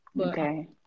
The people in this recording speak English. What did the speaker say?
Okay